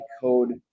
code